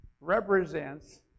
represents